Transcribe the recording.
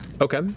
Okay